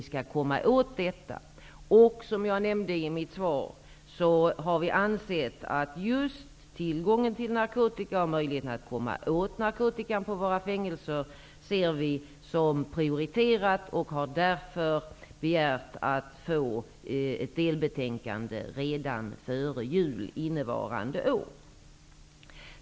Som jag nämnde i mitt svar anser vi att bekämpningen av tillgången på narkotika och möjligheten att komma åt narkotikaproblemet på fängelserna skall prioriteras. Vi har därför begärt att få ett delbetänkande redan före jul innevarande år.